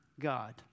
God